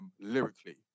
lyrically